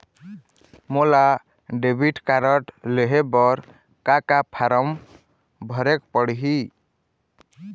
मोला debit card लेहे बर का का फार्म भरेक पड़ही?